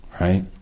Right